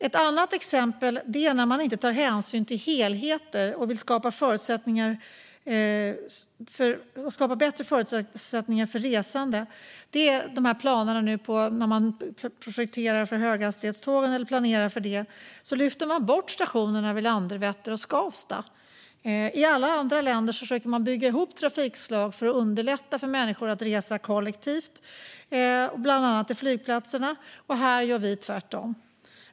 Ett annat exempel där man inte tar hänsyn till helheten eller vill skapa bättre förutsättningar för resande är när man planerar och projekterar för höghastighetståg och då lyfter bort stationerna vid Landvetter och Skavsta. I alla andra länder försöker de bygga ihop trafikslag för att underlätta för människor att resa kollektivt till bland annat flygplatser, men här gör vi tvärtom.